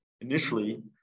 Initially